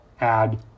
add